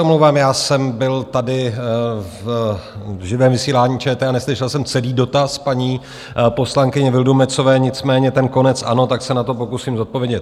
Omlouvám se, já jsem byl tady v živém vysílání ČT a neslyšel jsem celý dotaz paní poslankyně Vildumetzové, nicméně ten konec ano, tak se na to pokusím odpovědět.